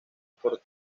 por